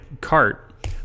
cart